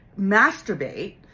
masturbate